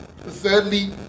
Thirdly